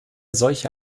solche